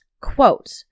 Quote